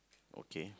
okay